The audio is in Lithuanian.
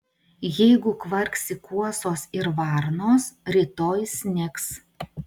jeigu kvarksi kuosos ir varnos rytoj snigs